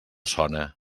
sona